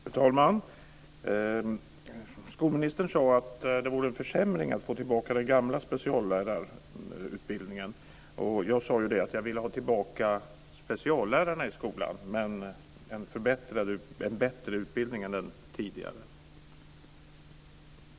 Fru talman! Skolministern sade att det vore en försämring att få tillbaka den gamla speciallärarutbildningen. Jag sade ju att ville ha tillbaka speciallärarna i skolan men också ha en bättre utbildning än tidigare.